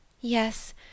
Yes